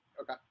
okay